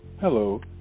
Hello